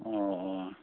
ꯑꯣ ꯑꯣ